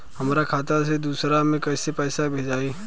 हमरा खाता से दूसरा में कैसे पैसा भेजाई?